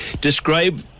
Describe